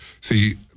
see